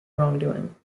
wrongdoing